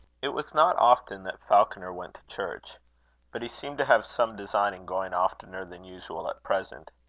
it was not often that falconer went to church but he seemed to have some design in going oftener than usual at present.